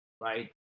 right